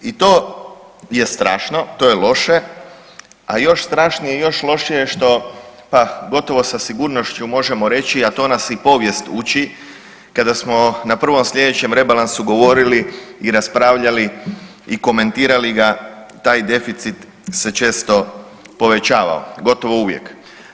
I to je strašno, to je loše, a još strašnije i još lošije što pa gotovo sa sigurnošću možemo reći a to nas i povijest uči kada smo na prvom sljedećem rebalansu govorili i raspravljali i komentirali ga taj deficit se često povećavao, gotovo uvijek.